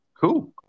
Cool